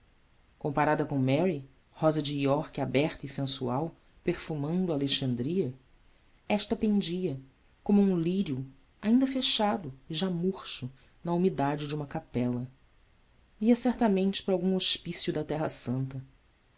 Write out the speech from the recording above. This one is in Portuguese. comparada com mary rosa de iorque aberta e sensual perfumando alexandria esta pendia como um lírio ainda fechado e já murcho na umidade de uma capela ia certamente para algum hospício da terra santa